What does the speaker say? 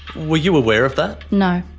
were you aware of that? no.